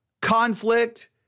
conflict